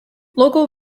local